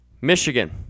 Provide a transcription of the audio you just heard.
Michigan